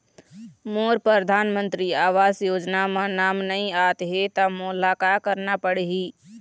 मोर परधानमंतरी आवास योजना म नाम नई आत हे त मोला का करना पड़ही?